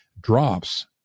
drops